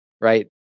Right